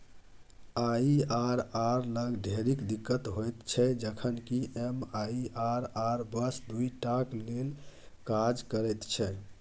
IRR लग ढेरिक दिक्कत होइत छै जखन कि एम.आई.आर.आर बस दुइ टाक लेल काज करैत छै